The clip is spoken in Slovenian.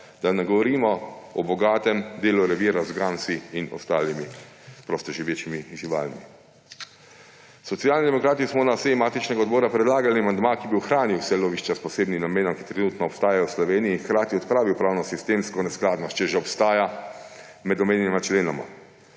Da ne govorimo o bogatem delu revirja z gamsi in ostalimi prostoživečimi živalmi. Socialni demokrati smo na seji matičnega odbora predlagali amandma, ki bi ohranil vsa lovišča s posebnim namenom, ki trenutno obstajajo v Sloveniji, in hkrati odpravil pravnosistemsko neskladnost, če že obstaja med omenjenima členoma.